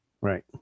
right